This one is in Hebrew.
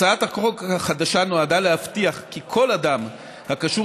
הצעת החוק החדשה נועדה להבטיח כי כל אדם הקשור